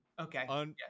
Okay